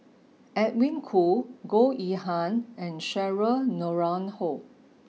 Edwin Koo Goh Yihan and Cheryl Noronha